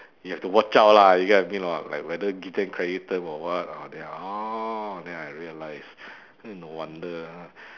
you have to watch out lah you get what I mean or not like whether give them credit term or what orh then I orh then I realised no wonder lah